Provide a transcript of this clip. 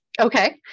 Okay